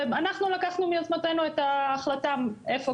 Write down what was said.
ואנחנו לקחנו מיוזמתנו את ההחלטה איפה